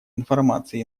информации